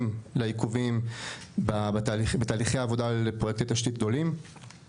לעיכובים בתהליכי העבודה לפרויקטים גדולים של תשתית,